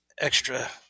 extra